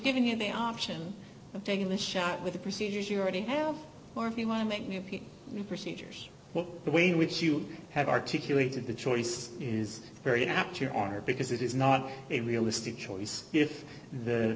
giving you the option of taking a shot with the procedures you already have or if you want to make new procedures the way in which you have articulated the choice is very apt here are because it is not a realistic choice if the